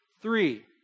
Three